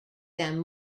them